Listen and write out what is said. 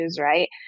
Right